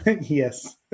Yes